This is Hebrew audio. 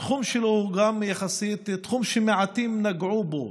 התחום שלו הוא תחום שמעטים יחסית נגעו בו.